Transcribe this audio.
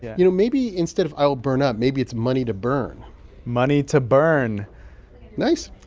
you know, maybe instead of i will burn up, maybe it's money to burn money to burn nice?